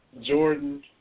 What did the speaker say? Jordan